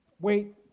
wait